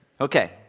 Okay